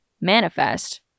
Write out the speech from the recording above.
manifest